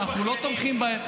שאנחנו לא תומכים בהן.